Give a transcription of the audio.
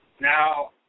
Now